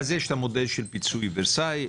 יש את המודל של פיצוי ורסאי,